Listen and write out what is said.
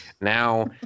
now